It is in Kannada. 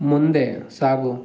ಮುಂದೆ ಸಾಗು